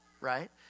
right